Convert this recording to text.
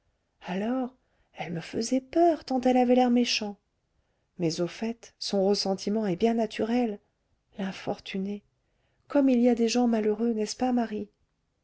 alors elle me faisait peur tant elle avait l'air méchant mais au fait son ressentiment est bien naturel l'infortunée comme il y a des gens malheureux n'est-ce pas marie